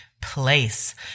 place